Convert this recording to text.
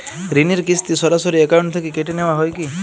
ঋণের কিস্তি সরাসরি অ্যাকাউন্ট থেকে কেটে নেওয়া হয় কি?